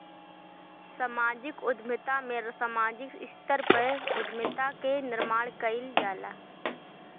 समाजिक उद्यमिता में सामाजिक स्तर पअ उद्यमिता कअ निर्माण कईल जाला